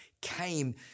came